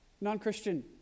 Non-Christian